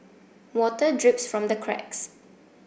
water drips from the cracks